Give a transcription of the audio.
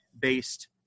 based